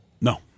No